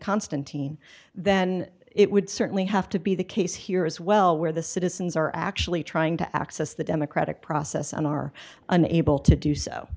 constantine then it would certainly have to be the case here as well where the citizens are actually trying to access the democratic process and are unable to do so